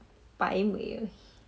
摆美而已